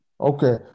okay